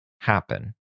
happen